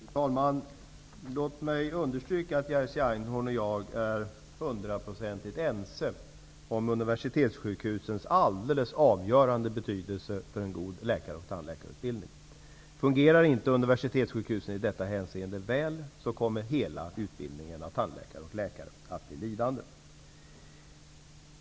Fru talman! Låt mig understryka att Jerzy Einhorn och jag är hundraprocentigt ense om universitetssjukhusens alldeles avgörande betydelse för en god läkar och tandläkarutbildning. Fungerar inte universitetssjukhusen i detta hänseende väl, kommer hela utbildningen av läkare och tandläkare att bli lidande.